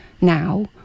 now